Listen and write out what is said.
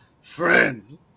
friends